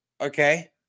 Okay